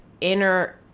inner